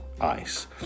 ice